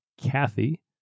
Kathy